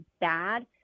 bad